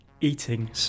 eating